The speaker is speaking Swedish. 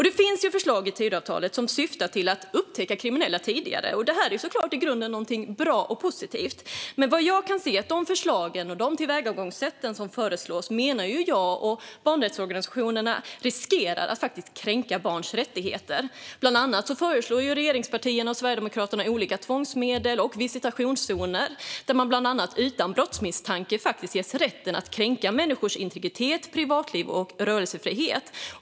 Det finns förslag i Tidöavtalet som syftar till att upptäcka kriminella tidigare. Det är i grunden något bra och positivt. Men de förslag och tillvägagångssätt som nämns där menar jag och barnrättsorganisationerna riskerar att kränka barns rättigheter. Bland annat föreslår ju regeringspartierna och Sverigedemokraterna olika tvångsmedel och visitationszoner där man utan brottsmisstanke ges rätten att kränka människors integritet, privatliv och rörelsefrihet.